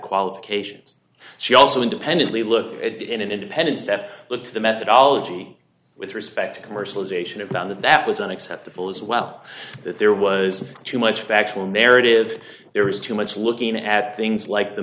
qualifications she also independently look at in an independent step look to the methodology with respect to commercialization about that that was unacceptable as well that there was too much factual narrative there is too much looking at things like the